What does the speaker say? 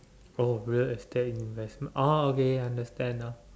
oh real estate investment oh okay I understand now